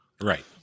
Right